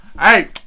Hey